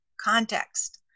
context